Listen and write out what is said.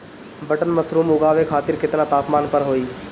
Button mushroom उगावे खातिर केतना तापमान पर होई?